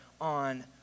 on